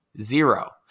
zero